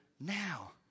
now